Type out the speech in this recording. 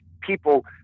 people